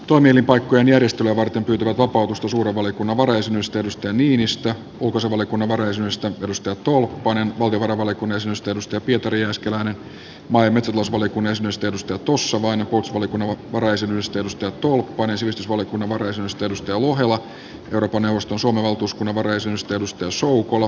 toimielinpaikkojen järjestelyä varten pyytävät vapautusta suuren valiokunnan varajäsenyydestä jussi niinistö ulkoasiainvaliokunnan varajäsenyydestä maria tolppanen valtiovarainvaliokunnan varajäsenyydestä pietari jääskeläinen maa ja metsätalousvaliokunnan jäsenyydestä reijo tossavainen puolustusvaliokunnan varajäsenyydestä maria tolppanen sivistysvaliokunnan varajäsenyydestä maria lohela ja euroopan neuvoston suomen valtuuskunnan varajäsenyydestä ismo soukola